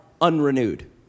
unrenewed